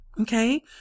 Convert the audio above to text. Okay